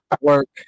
work